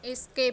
skip